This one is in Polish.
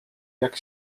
jak